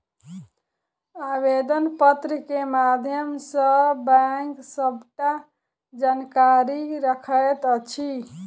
आवेदन पत्र के माध्यम सॅ बैंक सबटा जानकारी रखैत अछि